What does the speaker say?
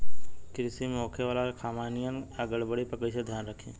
कृषि में होखे वाला खामियन या गड़बड़ी पर कइसे ध्यान रखि?